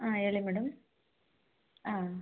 ಹಾಂ ಹೇಳಿ ಮೇಡಮ್ ಹಾಂ